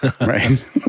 Right